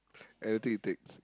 anything it takes